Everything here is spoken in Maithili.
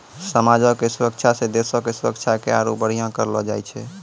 समाजो के सुरक्षा से देशो के सुरक्षा के आरु बढ़िया करलो जाय छै